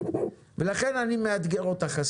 לכן אני מאתגר אותך,